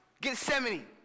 Gethsemane